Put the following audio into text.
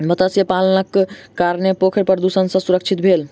मत्स्य पालनक कारणेँ पोखैर प्रदुषण सॅ सुरक्षित भेल